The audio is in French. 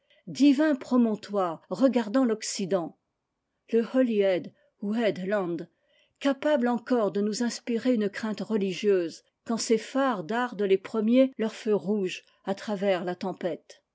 divin promontoire regardant l'occident le hply ou head land capable encore de nous inspirer une crainte religieuse quand ses phares dardent les premiers leurs feux rouges à travers i tempête